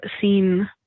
seen